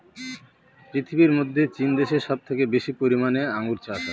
পৃথিবীর মধ্যে চীন দেশে সব থেকে বেশি পরিমানে আঙ্গুর চাষ হয়